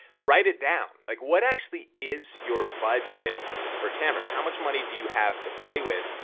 write it down. like, what actually is your budget for cameras? how much money do you have to play with?